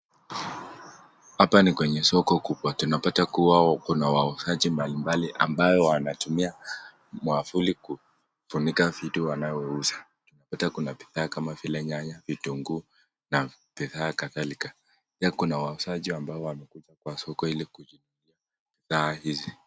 Hapa ni kwenye soko kubwa tunapata kuwa kuna wauzaji mbali mbali ambayo wanatumia mwavuli kufunika vitu wanayouza. Tunapata kuna vitu bidhaa kama vile nyanya, vitunguu na bidhaa kadhalika pia kuna wauzaji ambao wamekuja kwa soko ili kukujia bidhaa hizi.